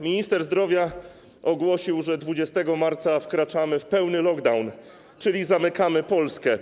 Minister zdrowia ogłosił, że 20 marca wkraczamy w pełny lockdown, czyli zamykamy Polskę.